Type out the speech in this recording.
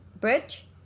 bridge